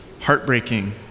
heartbreaking